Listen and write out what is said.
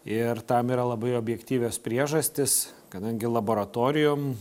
ir tam yra labai objektyvios priežastys kadangi laboratorijom